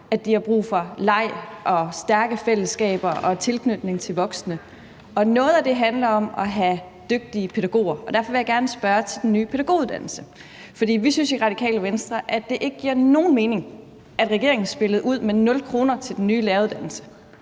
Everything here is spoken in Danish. at de har brug for leg og stærke fællesskaber og tilknytning til voksne. Noget af det handler om at have dygtige pædagoger, og derfor vil jeg gerne spørge til den nye pædagoguddannelse. For vi synes i Radikale Venstre, at det ikke giver nogen mening, at regeringen spillede ud med 0 kr. til den nye læreruddannelse,